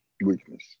Weakness